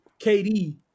KD